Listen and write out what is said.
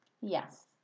Yes